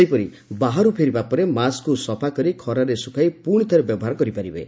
ସେହିପରି ବାହାରୁ ଫେରିବା ପରେ ମାସ୍କକୁ ସଫା କରି ଖରାରେ ଶୁଖାଇ ପୁଶି ଥରେ ବ୍ୟବହାର କରିପାରିବେ